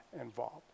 involved